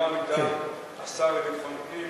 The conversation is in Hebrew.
על-פי התשובה מטעם השר לביטחון פנים,